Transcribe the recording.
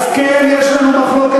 אז כן, יש לנו מחלוקת,